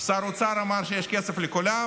שר האוצר אמר שיש כסף לכולם.